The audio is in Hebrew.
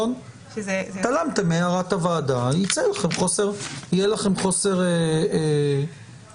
התעלמתם מהערת הוועדה, יהיה לכם חוסר סדר.